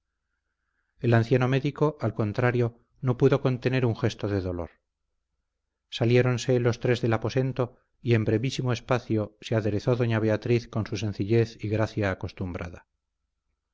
el anciano médico al contrario no pudo contener un gesto de dolor saliéronse los tres del aposento y en brevísimo espacio se aderezó doña beatriz con su sencillez y gracia acostumbrada